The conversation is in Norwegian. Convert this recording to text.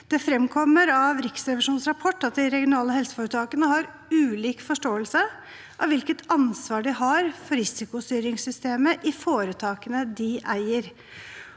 Det fremkommer av Riksrevisjonens rapport at de regionale helseforetakene har ulik forståelse av hvilket ansvar de har for risikostyringssystemet i foretakene de eier.